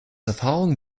erfahrung